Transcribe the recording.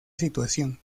situación